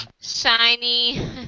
Shiny